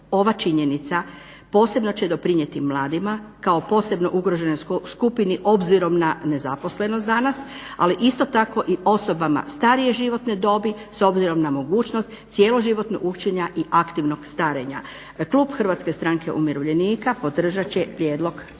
Ova činjenica posebno će doprinijeti mladima kao posebno ugroženoj skupini obzirom na nezaposlenost danas ali isto tako i osobama starije životne dobi s obzirom na mogućnost cjeloživotnog učenja i aktivnog starenja. Klub hrvatske stranke umirovljenika podržat će prijedlog